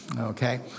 Okay